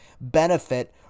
benefit